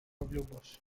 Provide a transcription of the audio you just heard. bush